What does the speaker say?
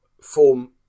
form